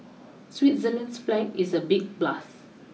Switzerland's flag is a big plus